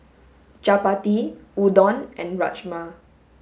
chapati udon and Rajma